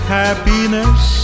happiness